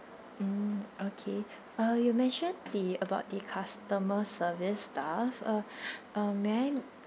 mm okay uh you mention the about the customer service staff uh may I